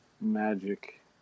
Magic